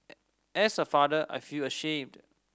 as a father I feel ashamed